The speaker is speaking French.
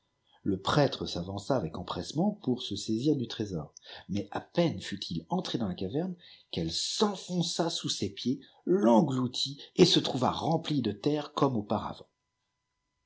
le prêtre s'avança avec empressement pour se saisir du trésor mais à peine fut-il entré dans la caverne qu'elle s'enfonça sous ses pieds l'engloutit et se trouva remplie de terre comme auparavant